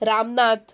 Ramnath